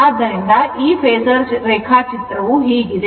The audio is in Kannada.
ಆದ್ದರಿಂದ ಈ ಫೇಸರ್ ರೇಖಾಚಿತ್ರವು ಹೀಗಿದೆ